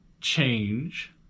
change